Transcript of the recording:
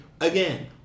again